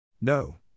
No